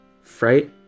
fright